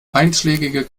einschlägige